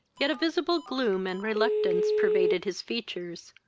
yet a visible gloom and reluctance pervaded his features,